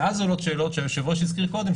ואז עולות שאלות שהיושב-ראש הזכיר קודם,